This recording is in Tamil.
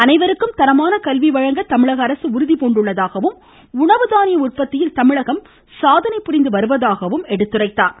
அனைவருக்கும் தரமான கல்வி வழங்க தமிழக அரசு உறுதிபூண்டுள்ளதாகவும் உணவு தானிய உற்பத்தியில் தமிழகம் சாதனை புரிந்து வருவதாகவும் குறிப்பிட்டார்